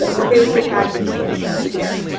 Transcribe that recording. ah we're basically hacking canvas here.